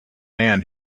man